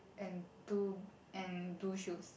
and two and blue shoes